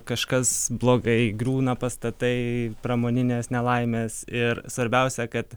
kažkas blogai griūna pastatai pramoninės nelaimės ir svarbiausia kad